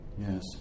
Yes